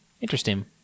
interesting